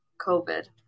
COVID